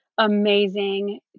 amazing